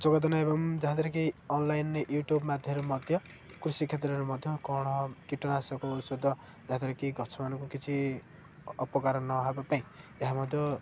ଯୋଗଦାନ ଏବଂ ଯାହାଦ୍ୱାରା କିି ଅନଲାଇନ୍ ୟୁଟ୍ୟୁବ୍ ମାଧ୍ୟମରେ ମଧ୍ୟ କୃଷି କ୍ଷେତ୍ରରେ ମଧ୍ୟ କ'ଣ କୀଟନାଶକ ଔଷଧ ଯାହାଦ୍ୱାରା କି ଗଛମାନଙ୍କୁ କିଛି ଅପକାର ନହବା ପାଇଁ ଏହା ମଧ୍ୟ